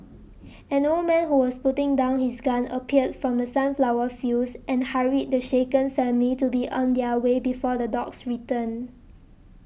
an old man who was putting down his gun appeared from the sunflower fields and hurried the shaken family to be on their way before the dogs return